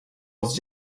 als